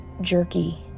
jerky